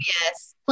Yes